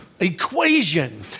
equation